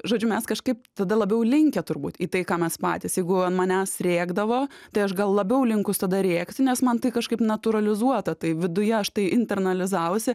žodžiu mes kažkaip tada labiau linkę turbūt į tai ką mes patys jeigu ant manęs rėkdavo tai aš gal labiau linkus tada rėkti nes man tai kažkaip natūralizuota tai viduje aš tai internalizavusi